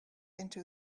into